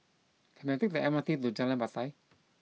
can I take the M R T to Jalan Batai